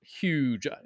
huge